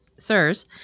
Sirs